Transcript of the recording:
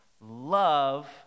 Love